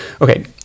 Okay